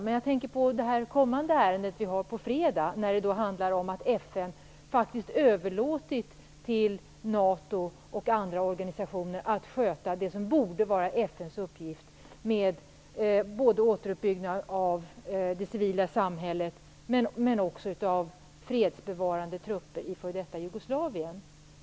Men jag tänker på det ärende vi skall debattera på fredag. Det handlar om att FN överlåtit till NATO och andra organisationer att sköta det som borde vara FN:s uppgift med återuppbyggnad av det civila samhället men också fredsbevarande trupper i f.d. Jugoslavien.